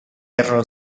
perro